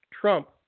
Trump